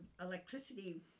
electricity